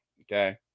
Okay